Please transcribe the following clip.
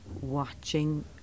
watching